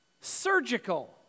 surgical